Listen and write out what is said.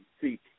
seek